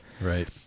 Right